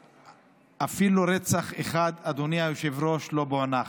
ואפילו רצח אחד, אדוני היושב-ראש, לא פוענח.